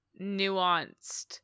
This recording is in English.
nuanced